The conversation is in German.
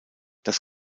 das